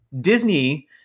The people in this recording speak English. Disney